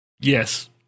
Yes